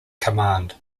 command